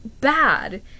bad